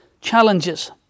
challenges